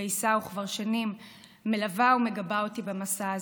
שהתגייסה וכבר שנים מלווה ומגבה אותי במסע הזה: